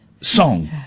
song